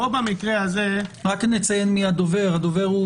פה, במקרה הזה --- רק נציין שהדובר הוא